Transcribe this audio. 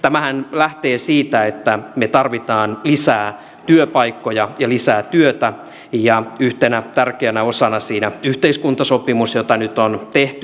tämähän lähtee siitä että me tarvitsemme lisää työpaikkoja ja lisää työtä ja yhtenä tärkeänä osana siinä on yhteiskuntasopimus jota nyt on tehty